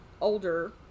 older